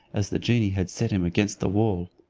as the genie had set him against the wall.